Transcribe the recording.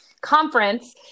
conference